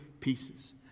pieces